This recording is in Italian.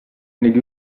negli